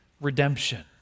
redemption